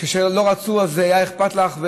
כשלא רצו, היה אכפת לך.